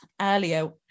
earlier